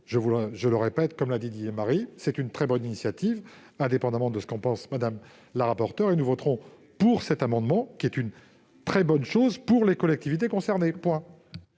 j'insiste ! Comme l'a dit Didier Marie, c'est une très bonne initiative, indépendamment de ce qu'en pense Mme la rapporteure. Nous voterons pour cet amendement ; son adoption sera une très bonne chose pour les collectivités concernées.